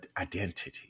identity